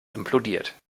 implodiert